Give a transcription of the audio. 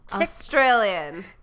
Australian